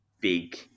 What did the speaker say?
big